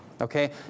okay